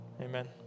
Amen